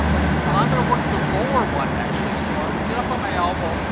but, now i'm gonna work the lower one, actually. so i'm gonna get up on my elbow,